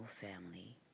family